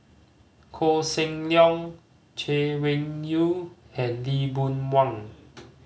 Koh Seng Leong Chay Weng Yew and Lee Boon Wang